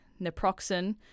naproxen